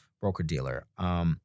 broker-dealer